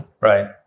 Right